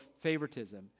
favoritism